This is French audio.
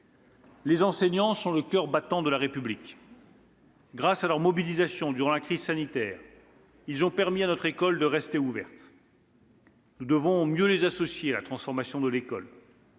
Les enseignants sont le coeur battant de la République. Grâce à leur mobilisation durant la crise sanitaire, ils ont permis à notre école de rester ouverte. Nous devons mieux les associer à la transformation de l'école.